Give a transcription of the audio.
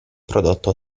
prodotto